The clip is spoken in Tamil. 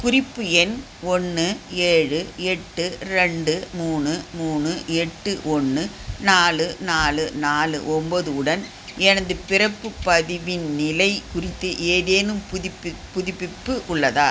குறிப்பு எண் ஒன்று ஏழு எட்டு ரெண்டு மூணு மூணு எட்டு ஒன்று நாலு நாலு நாலு ஒன்போது உடன் எனது பிறப்புப் பதிவின் நிலை குறித்து ஏதேனும் புதுப்பி புதுப்பிப்பு உள்ளதா